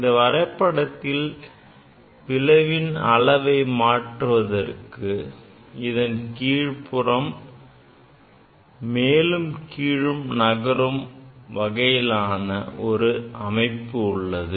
இந்த வரைபடத்தில் பிளவின் அளவை மாற்றுவதற்கு இதன் கீழ்புறம் மேலும் கீழும் நகரும் வகையிலான ஒரு அமைப்பு உள்ளது